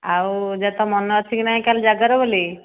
ଆଉ ଯେ ତୋ ମନେ ଅଛି କି ନାହିଁ କାଲି ଜାଗର ବୋଲି